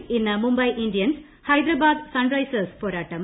ഐപിഎല്ലിൽ ഇന്ന് Mumbai Indians Hyderabad Sunrisers പോരാട്ടം